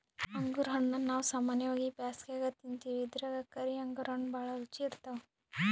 ಅಂಗುರ್ ಹಣ್ಣಾ ನಾವ್ ಸಾಮಾನ್ಯವಾಗಿ ಬ್ಯಾಸ್ಗ್ಯಾಗ ತಿಂತಿವಿ ಇದ್ರಾಗ್ ಕರಿ ಅಂಗುರ್ ಹಣ್ಣ್ ಭಾಳ್ ರುಚಿ ಇರ್ತವ್